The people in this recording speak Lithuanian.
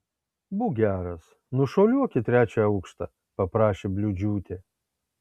būk geras nušuoliuok į trečią aukštą paprašė bliūdžiūtė